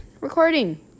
recording